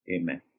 Amen